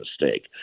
mistake